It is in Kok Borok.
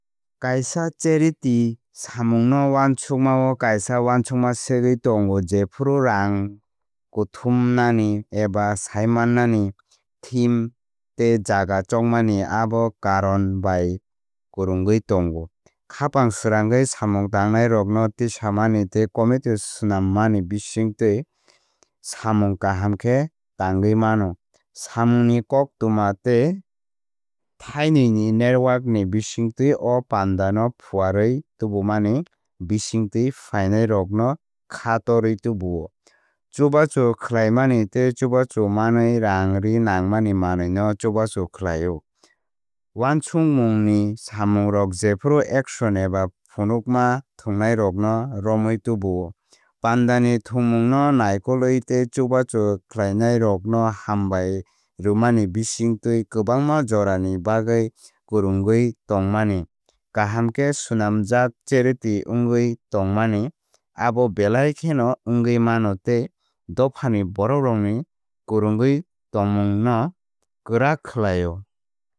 Kaisa charity samungno uansukmao kaisa uansukma segwi tongo jephru rang kuthumnani eba saimannani theme tei jaga chongmani abo karon bai kwrwngwi tongo. Khapang srangwi samung tangnairokno tisamani tei committee swnammani bisingtwi samung kaham khe tangwi mano. Samungni koktwma tei thanwui ni network ni bisingtwi o pandano phuarwi tubumani bisingtwi phainairokno khá torwi tubuo. Chubachu khwlaimani tei chubachu manwi rangri nangmani manwi no chubachu khlaio. Wansukmungni samungrok jephru auction eba phunukma thwngnairokno romwi tubuo. Panda ni thwngmung no naikolwi tei chubachu khlainai rokno hambai rwmani bisingtwi kwbangma jorani bagwi kwrwngwi tongmani. Kaham khe swnamjak charity wngwi tongmani abo belai kheno wngwi mano tei dophani borokrokni kwrwngwi tongmungno kwrak khlaio.